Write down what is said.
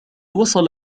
وصل